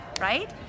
right